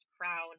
crown